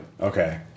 Okay